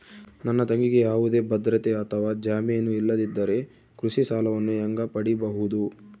ನನ್ನ ತಂಗಿಗೆ ಯಾವುದೇ ಭದ್ರತೆ ಅಥವಾ ಜಾಮೇನು ಇಲ್ಲದಿದ್ದರೆ ಕೃಷಿ ಸಾಲವನ್ನು ಹೆಂಗ ಪಡಿಬಹುದು?